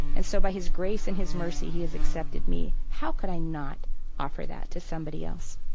and so by his grace and his mercy, he has accepted me. how could i not offer that to somebody else?